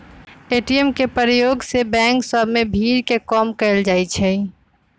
ATM के प्रयोग से बैंक सभ में भीड़ के कम कएल जाइ छै